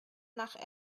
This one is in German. nach